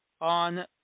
on